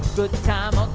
good time. ah